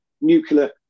nuclear